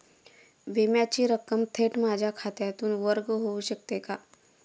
विम्याची रक्कम थेट माझ्या खात्यातून वर्ग होऊ शकते का?